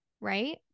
right